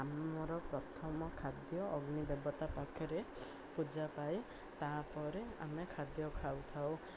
ଆମର ପ୍ରଥମ ଖାଦ୍ୟ ଅଗ୍ନି ଦେବତା ପାଖରେ ପୂଜା ପାଇ ତାପରେ ଆମେ ଖାଦ୍ୟ ଖାଉଥାଉ